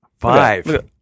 Five